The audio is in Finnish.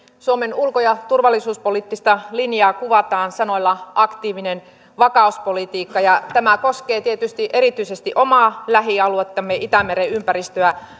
suomen ulko ja turvallisuuspoliittista linjaa kuvataan sanoilla aktiivinen vakauspolitiikka ja tämä koskee tietysti erityisesti omaa lähialuettamme itämeren ympäristöä niin